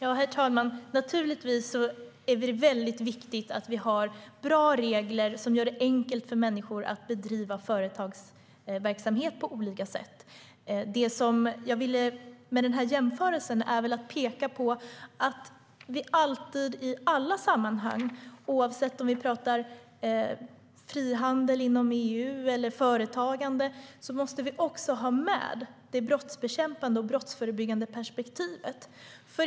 Herr talman! Givetvis är det viktigt att vi har bra regler som gör det enkelt för människor att bedriva företagsverksamhet på olika sätt. Med jämförelsen ville jag peka på att vi alltid i alla sammanhang, oavsett om vi talar frihandel eller företagande inom EU, måste ha med det brottsbekämpande och brottsförebyggande perspektivet.